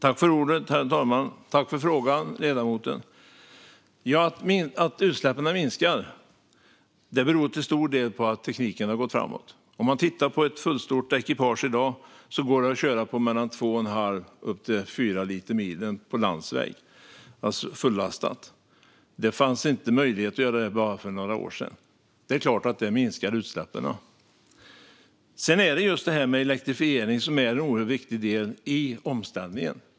Herr talman! Tack för frågan, ledamoten! Att utsläppen minskar beror till stor del på att tekniken har gått framåt. Ett fullstort ekipage i dag går att köra på mellan 2 1⁄2 och 4 liter milen på landsväg, fullastat. För bara några år sedan fanns det inte möjlighet att göra detta. Det är klart att det minskar utsläppen. Elektrifiering är en oerhört viktig del i omställningen.